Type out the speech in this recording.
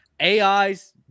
AI's